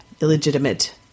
illegitimate